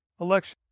election